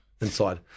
inside